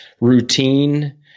routine